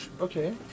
Okay